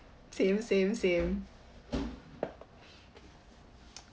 same same same